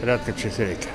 retkarčiais reikia